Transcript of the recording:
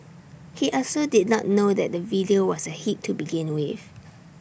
he also did not know that the video was A hit to begin with